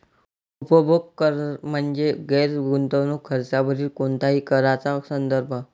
उपभोग कर म्हणजे गैर गुंतवणूक खर्चावरील कोणत्याही कराचा संदर्भ